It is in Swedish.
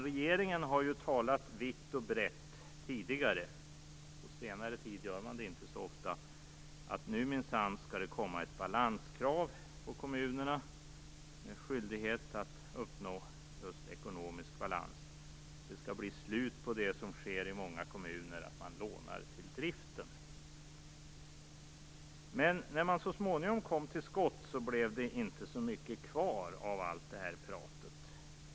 Regeringen har tidigare - på senare tid har man inte gjort det så ofta - talat om att nu skall det minsann komma ett balanskrav på kommunerna med skyldighet att uppnå just ekonomisk balans. Det skall bli slut på det som sker i många kommuner, nämligen att man lånar till driften. När man så småningom kom till skott blev det dock inte så mycket kvar av allt prat.